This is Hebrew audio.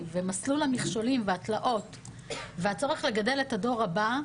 ומסלול המכשולים והתלאות והצורך לגדל את הדור הבא,